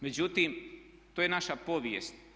Međutim, to je naša povijest.